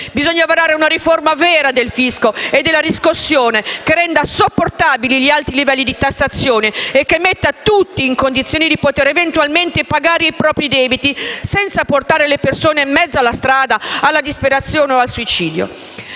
Bisogna varare una riforma vera del fisco e della riscossione, che renda sopportabili gli alti livelli di tassazione e che metta tutti in condizioni di poter eventualmente ripagare i propri debiti, senza portare le persone in mezzo a una strada, alla disperazione o al suicidio.